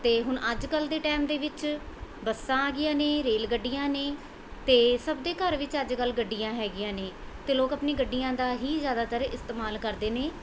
ਅਤੇ ਹੁਣ ਅੱਜ ਕੱਲ੍ਹ ਦੇ ਟਾਈਮ ਦੇ ਵਿੱਚ ਬੱਸਾਂ ਆ ਗਈਆਂ ਨੇ ਰੇਲ ਗੱਡੀਆਂ ਨੇ ਅਤੇ ਸਭ ਦੇ ਘਰ ਵਿੱਚ ਅੱਜ ਕੱਲ੍ਹ ਗੱਡੀਆਂ ਹੈਗੀਆਂ ਨੇ ਅਤੇ ਲੋਕ ਆਪਣੀ ਗੱਡੀਆਂ ਦਾ ਹੀ ਜ਼ਿਆਦਾਤਰ ਇਸਤੇਮਾਲ ਕਰਦੇ ਨੇ